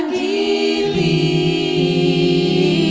e